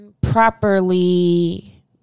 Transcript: properly